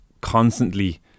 constantly